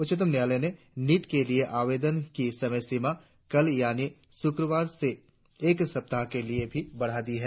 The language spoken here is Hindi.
उच्चतम न्यायालय ने नीट के लिए आवेदन की समय सीमा कल यानी शुक्रवार से एक सप्ताह के लिए और बढ़ा दी है